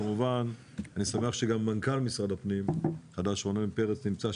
כמובן אני שמח שגם מנכ"ל משרד הפנים החדש רונן פרץ נמצא.